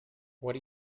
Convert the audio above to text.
what